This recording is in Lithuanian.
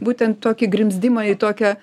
būtent tokį grimzdimą į tokią